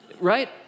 Right